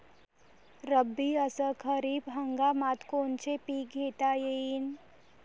रब्बी अस खरीप हंगामात कोनचे पिकं घेता येईन?